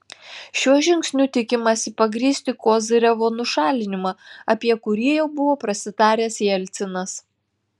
šiuo žingsniu tikimasi pagrįsti kozyrevo nušalinimą apie kurį jau buvo prasitaręs jelcinas